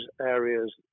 areas